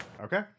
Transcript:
Okay